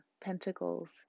Pentacles